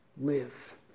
live